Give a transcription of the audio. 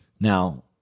Now